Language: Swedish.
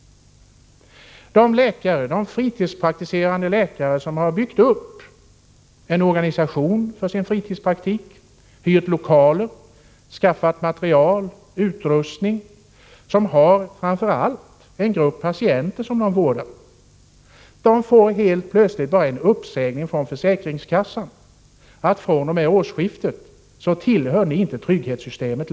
De fritidspraktiserande läkare som har byggt upp en organisation för sin fritidspraktik, hyrt lokaler, skaffat material och utrustning, och — framför allt — som har en grupp patienter att vårda, får helt plötsligt bara en uppsägning från försäkringskassan innebärande att de fr.o.m. årsskiftet inte längre tillhör trygghetssystemet.